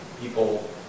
people